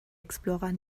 explorer